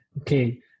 okay